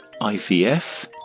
IVF